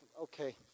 okay